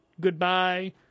goodbye